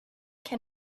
can